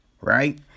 right